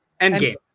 Endgame